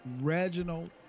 Reginald